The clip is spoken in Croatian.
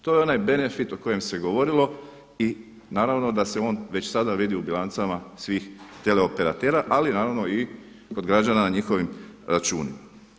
To je onaj benefit o kojem se govorilo i da naravno da se on već sada vidi u bilancama svih tele operatera, ali naravno i kod građana na njihovim računima.